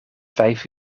vijf